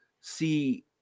see